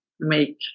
make